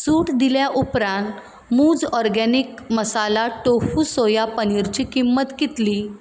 सूट दिल्या उपरांत मुझ ऑरगॅनिक मसाला टोफू सोया पनीरची किंमत कितली